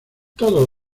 todos